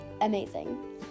amazing